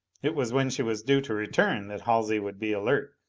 it was when she was due to return that halsey would be alert.